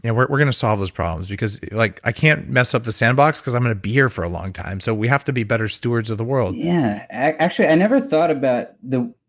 yeah we're we're going to solve those problems, because like i can't mess up the sand box because i'm going to be here for a long time. so, we have to be better stewards of the world yeah. actually, i never thought about the.